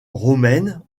romaines